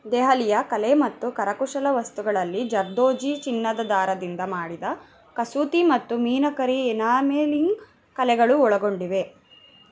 ದೆಹಲಿಯ ಕಲೆ ಮತ್ತು ಕರಕುಶಲ ವಸ್ತುಗಳಲ್ಲಿ ಜರ್ದೋಜಿ ಚಿನ್ನದ ದಾರದಿಂದ ಮಾಡಿದ ಕಸೂತಿ ಮತ್ತು ಮೀನಕರಿ ಎನಾಮೇಲಿಂಗ್ ಕಲೆಗಳು ಒಳಗೊಂಡಿವೆ